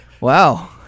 Wow